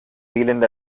zealand